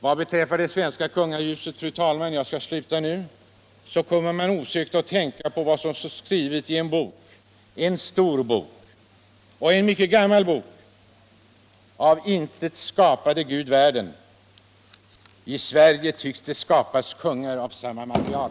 Vad beträffar det svenska kungahuset — jag skall sluta nu, fru talman - kommer man osökt att tänka på vad som står skrivet i en stor och mycket gammal bok: Av intet skapade Gud världen. I Sverige tycks det skapas kungar av samma material.